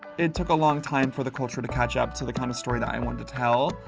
it took a long time for the culture to catch up, to the kind of story that i wanted to tell.